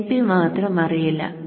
Np മാത്രം അറിയില്ല